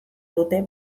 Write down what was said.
dute